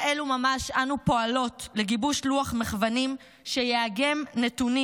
אלו ממש אנחנו פועלות לגיבוש לוח מחוונים שיאגם נתונים